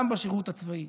גם בשירות הצבאי,